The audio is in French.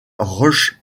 roche